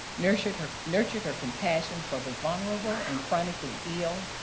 nurtured her nurtured her compassion for the vulnerable ah and chronically ill,